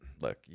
Look